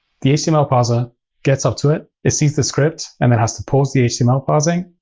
the html parser gets up to it, it sees the script, and it has to pause the html parsing,